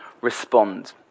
respond